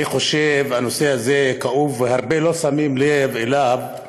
אני חושב שהנושא הזה כאוב, והרבה לא שמים לב אליו.